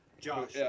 Josh